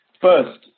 First